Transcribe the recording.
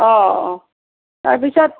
অঁ তাৰপিছত